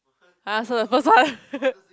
I answer the first one